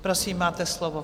Prosím, máte slovo.